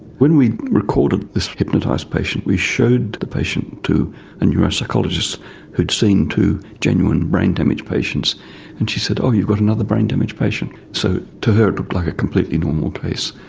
when we recorded this hypnotised patient we showed the ah patient to a neuropsychologist who had seen two genuine brain-damaged patients and she said oh, you've got another brain-damaged patient. so to her it looked like a completely normal case.